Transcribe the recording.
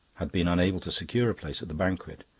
had been unable to secure a place at the banquet.